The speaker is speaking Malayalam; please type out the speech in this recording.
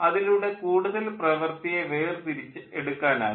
അതിലൂടെ കൂടുതൽ പ്രവൃത്തിയെ വേർതിരിച്ച് എടുക്കാനാകും